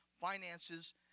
finances